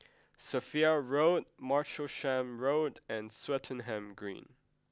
Sophia Road Martlesham Road and Swettenham Green